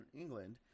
England